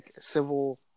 civil